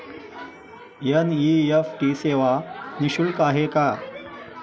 NEFT सेवा निःशुल्क आहे का?